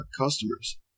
customers